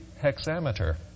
hexameter